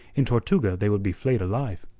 in tortuga they would be flayed alive.